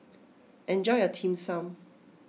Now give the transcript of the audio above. enjoy your Dim Sum